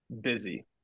busy